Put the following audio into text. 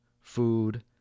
food